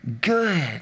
good